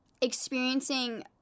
experiencing